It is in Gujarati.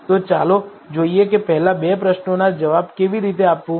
તો ચાલો જોઈએ કે પહેલા બે પ્રશ્નોના જવાબો કેવી રીતે આપવું